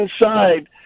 inside